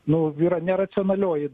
nu yra neracionalioji